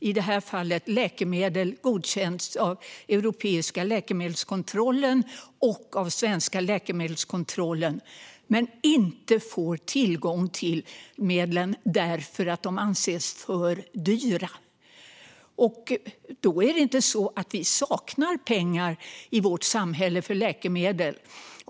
I detta fall gäller det läkemedel som har godkänts av den europeiska läkemedelskontrollen och den svenska läkemedelskontrollen men utan att man får tillgång till medlen för att de anses vara för dyra. Det är inte så att vi i vårt samhälle saknar pengar för läkemedel.